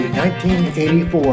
1984